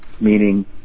meaning